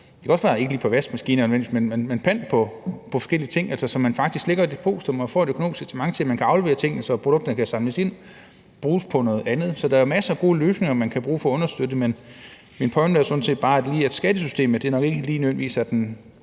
Der kan også være pant på forskellige ting, så man faktisk lægger et depositum og får et økonomisk incitament til, at man kan aflevere tingene, så produkterne kan samles ind og bruges på noget andet. Så der er jo masser af gode løsninger, man kan bruge for at understøtte det, men min pointe er jo sådan set bare, at lige skattesystemet nok ikke nødvendigvis er den